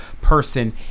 person